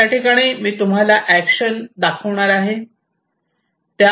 याठिकाणी मी तुम्हाला एक्शन दाखवणार आहे